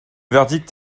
verdict